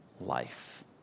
life